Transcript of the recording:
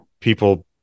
people